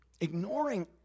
ignoring